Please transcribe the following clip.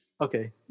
Okay